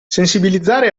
sensibilizzare